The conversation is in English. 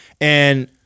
And-